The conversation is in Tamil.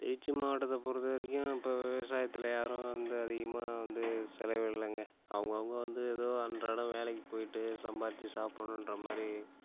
திருச்சி மாவட்டத்தை பொருத்தவரைக்கும் இப்போ விவசாயத்தில் யாரும் அந்த அதிகமாக வந்து செலவிடலைங்க அவங்க அவங்க வந்த ஏதோ அன்றாடம் வேலைக்குப் போய்ட்டு சம்பாரிச்சு சாப்புன்றமாதிரி